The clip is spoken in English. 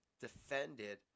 defended